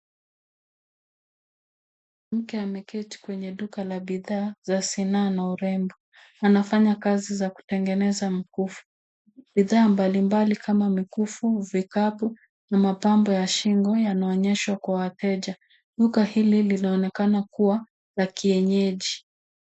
Mke ameketi kwenye duka la bidhaa za sinaa na urembo. Anafanya kazi za kutengeneza mkufu. Bidhaa mbalimbali kama mikufu, vikapu na mapambo ya shingo yanaonyesha kwa wateja. Duka hili linaonekana kuwa la kienyeji.